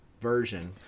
version